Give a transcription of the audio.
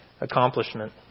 accomplishment